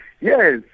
Yes